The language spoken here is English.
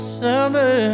summer